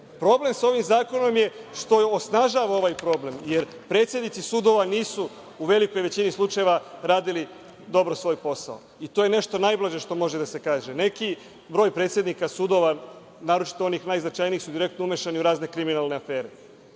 problem. Problem sa ovim zakonom je što osnažava ovaj problem, jer predsednici sudova nisu u velikoj većini slučajeva radili dobro svoj posao i to je nešto najblaže što može da se kaže. Neki broj predsednika sudova, naročito onih najznačajnijih, su direktno umešani u razne kriminalne afere. Voleo